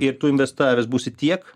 ir tu investavęs būsi tiek